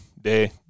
day